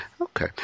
Okay